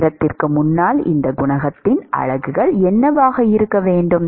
நேரத்திற்கு முன்னால் இந்த குணகத்தின் அலகுகள் என்னவாக இருக்க வேண்டும்